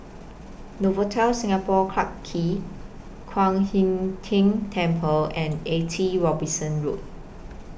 Novotel Singapore Clarke Quay Kwan Im Tng Temple and eighty Robinson Road